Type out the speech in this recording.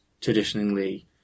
traditionally